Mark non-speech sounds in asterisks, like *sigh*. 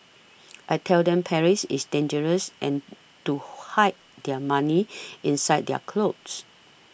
I tell them Paris is dangerous and to hide their money *noise* inside their clothes